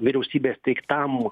vyriausybės teiktam